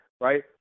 right